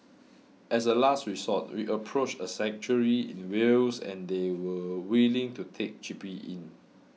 as a last resort we approached a sanctuary in Wales and they were willing to take Chippy in